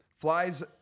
flies